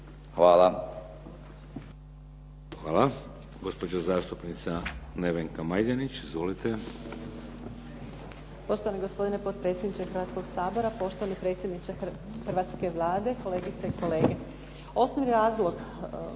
(HDZ)** Hvala. Gospođa zastupnica Nevenka Majdenić. Izvolite.